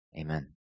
amen